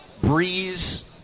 breeze